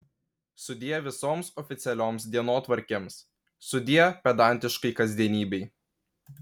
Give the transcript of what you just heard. sudie visoms oficialioms dienotvarkėms sudie pedantiškai kasdienybei